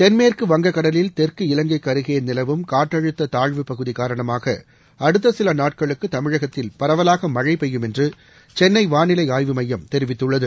தென்மேற்கு வங்கக்கடலில் தெற்கு இலங்கைக்கு அருகே நிலவும் காற்றழுத்த தாழ்வு பகுதி காரணமாக அடுத்த சில நாட்களுக்கு தமிழகத்தில் பரவலாக மழை பெய்யும் என்று சென்னை வானிலை ஆய்வு மையம் தெரிவித்துள்ளது